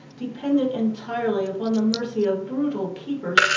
dependent entirely upon the mercy of brutal keepers,